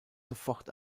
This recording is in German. sofort